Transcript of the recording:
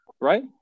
right